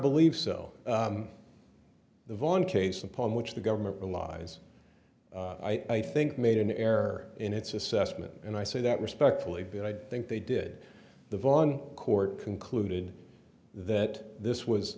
believe so the vaughn case upon which the government relies i think made an error in its assessment and i say that respectfully but i think they did the von court concluded that this was